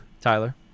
Tyler